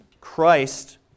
Christ